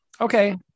Okay